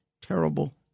terrible